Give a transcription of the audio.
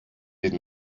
den